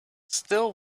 still